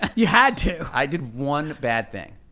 you had to. i did one bad thing.